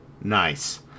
Nice